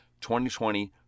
2020